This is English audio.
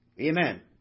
Amen